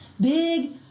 big